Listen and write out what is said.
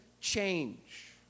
change